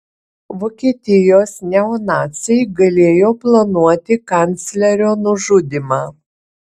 vokietijos neonaciai galėjo planuoti kanclerio nužudymą